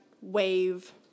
wave